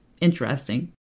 interesting